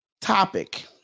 topic